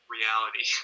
reality